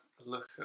look